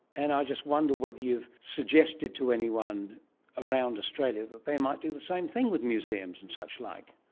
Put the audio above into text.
and i just wonder whether you've suggested to anyone around australia that they might do the same thing with museums and suchlike?